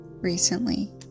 recently